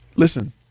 Listen